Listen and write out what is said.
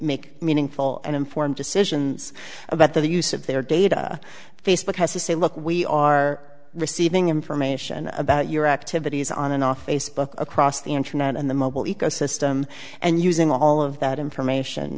make meaningful and informed decisions about the use of their data facebook has to say look we are receiving information about your activities on and off facebook across the internet in the mobile ecosystem and using all of that information